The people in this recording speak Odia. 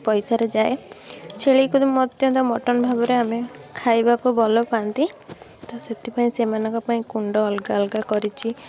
ପଇସାରେ ଯାଏ ଛେଳିକୁ ମଧ୍ୟ ମଟନ୍ ଭାବରେ ଆମେ ଖାଇବାକୁ ଭଲପାଆନ୍ତି ତ ସେଥିପାଇଁ ସେମାନଙ୍କ ପାଇଁ କୁଣ୍ଡ ଅଲଗା ଅଲଗା କରିଛି